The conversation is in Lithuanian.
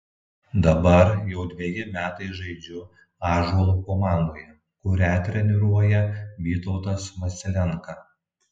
dabar jau dveji metai žaidžiu ąžuolo komandoje kurią treniruoja vytautas vasilenka